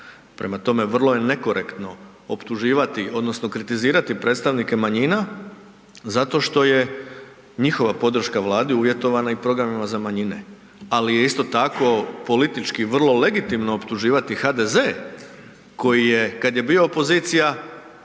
Prema tome, vrlo je nekorektno optuživati odnosno kritizirati predstavnike manjina zato što je njihova podrška Vladi uvjetovana i programima za manjine, ali je isto tako politički vrlo legitimno optuživati HDZ koji je kad je bio opozicija